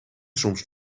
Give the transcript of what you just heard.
soms